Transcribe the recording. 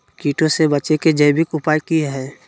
कीटों से बचे के जैविक उपाय की हैय?